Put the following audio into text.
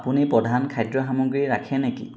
আপুনি প্ৰধান খাদ্য সামগ্ৰী ৰাখে নেকি